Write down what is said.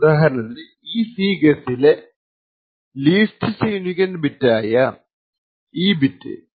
ഉദാഹരണത്തിന് ഈ C ഗെസ്സിലെ ലീസ്റ്റ് സിഗ്നിഫിക്കന്റ് ബിറ്റായ ഈ ബിറ്റ്